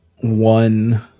one